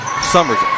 Summers